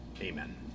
Amen